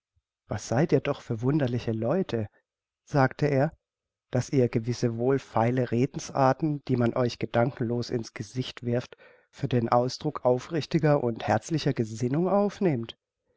was seid ihr doch für wunderliche leute sagte er daß ihr gewisse wohlfeile redensarten die man euch gedankenlos in's gesicht wirft für den ausdruck aufrichtiger und herzlicher gesinnung aufnehmt